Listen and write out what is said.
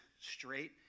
straight